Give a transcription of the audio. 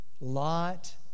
Lot